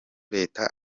leta